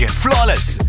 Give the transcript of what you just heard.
flawless